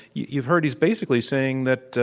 you've heard, he's basically saying that,